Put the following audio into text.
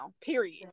period